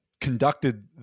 conducted